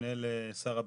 נפנה לשר הביטחון,